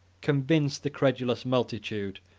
convinced the credulous multitude,